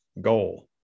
goal